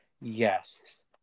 Yes